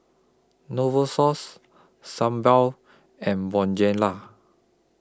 Novosource Sebamed and Bonjela